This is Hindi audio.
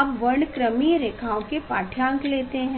आप वर्णक्रमीय रेखाओं के पाढ़यांक लेते हैं